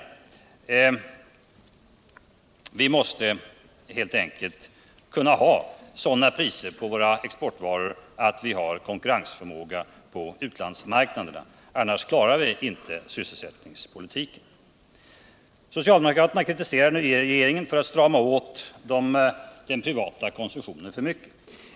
Vi måste helt enkelt kunna ha sådana priser på våra exportvaror att vi har konkurrensförmåga på utlandsmarknaderna. Annars klarar vi inte sysselsättningspolitiken. Socialdemokraterna kritiserar nu regeringen för att den stramar åt den privata konsumtionen för mycket.